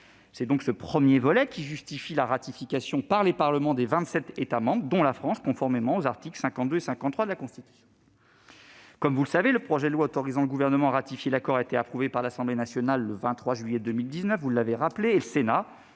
C'est donc ce premier volet qui justifie la ratification par les parlements des vingt-sept États membres, dont la France, conformément aux articles 52 et 53 de la Constitution. Comme vous le savez, le projet de loi autorisant le Gouvernement à ratifier l'accord a été approuvé par l'Assemblée nationale le 23 juillet 2019. Le Sénat